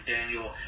Daniel